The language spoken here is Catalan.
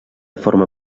forma